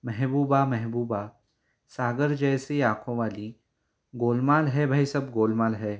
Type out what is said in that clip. मेहबूबा मेहेबूबा सागर जैसी आँखोवाली गोलमाल है भाई सब गोलमाल है